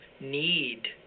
need